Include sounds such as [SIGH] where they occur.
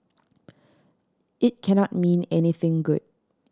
[NOISE] it cannot mean anything good